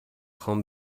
خوام